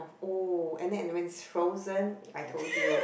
oh at night and when it's frozen I told you